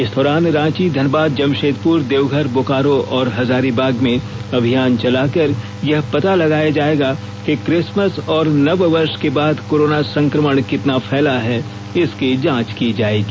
इस दौरान रांची धनबाद जमशेदपुर देवघर बोकारो और हजारीबाग में अभियान चलाकर यह पता लगाया जाएगा कि क्रिसमस और नववर्ष के बाद कोरोना संक्रमण कितना फैला है इसकी जांच की जाएगी